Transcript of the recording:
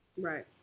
Right